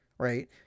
right